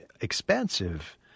expansive